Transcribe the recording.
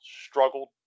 struggled